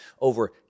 over